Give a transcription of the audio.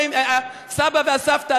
הסבא והסבתא,